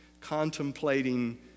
contemplating